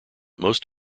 most